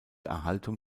erhaltung